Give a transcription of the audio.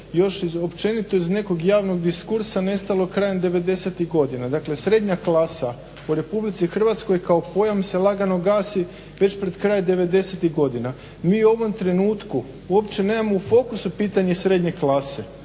još iz općenito iz nekog javnog diskursa nestalog krajem 90-tih godina. Dakle srednja klasa u RH kao pojam se lagano gasi već pred kraj 90-tih godina. Mi u ovom trenutku uopće nemamo u fokusu pitanje srednje klase.